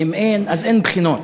אם אין, אז אין בחינות.